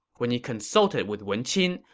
when he consulted with wen qin,